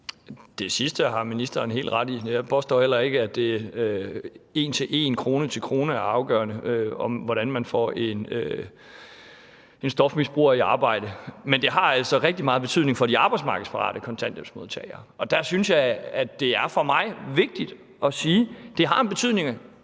Det sidste har ministeren helt ret i, men jeg påstår heller ikke, at det en til en, krone til krone er afgørende, hvordan man får en stofmisbruger i arbejde. Men det har altså rigtig meget betydning for de arbejdsmarkedsparate kontanthjælpsmodtagere, og der er det for mig vigtigt at sige, at det har en betydning.